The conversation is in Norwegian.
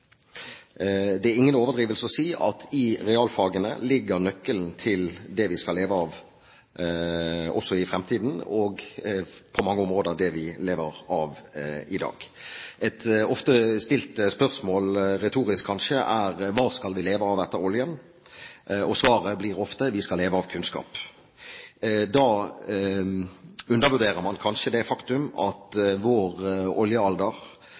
Det er ingen overdrivelse å si at i realfagene ligger nøkkelen til det vi skal leve av også i framtiden, og på mange områder det vi lever av i dag. Et ofte stilt spørsmål – retorisk kanskje – er: Hva skal vi leve av etter oljen? Svaret blir ofte: Vi skal leve av kunnskap. Da undervurderer man kanskje det faktum at vår oljealder